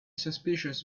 suspicious